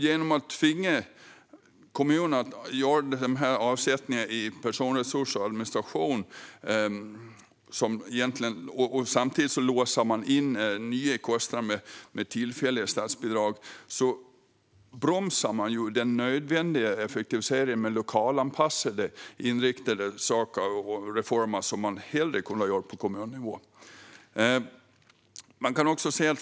Genom att tvinga kommunerna att avsätta personresurser för administration och samtidigt låsa in nya kostnader med tillfälliga statsbidrag bromsar man den nödvändiga effektiviseringen med lokalanpassade reformer som hellre skulle göras på kommunnivå.